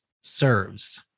serves